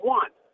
one